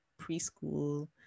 preschool